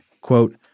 Quote